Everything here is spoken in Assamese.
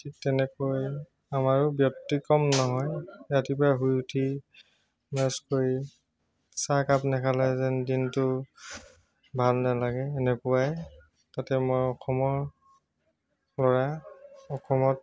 ঠিক তেনেকৈ আমাৰো ব্যতিক্ৰম নহয় ৰাতিপুৱাই শুই উঠি ব্ৰাছ কৰি চাহ একাপ নাখালে যেন দিনটো ভাল নালাগে এনেকুৱাই তাতে মই অসমৰ ল'ৰা অখমত